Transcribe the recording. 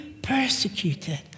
persecuted